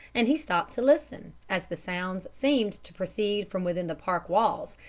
and he stopped to listen, as the sounds seemed to proceed from within the park walls,